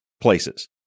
places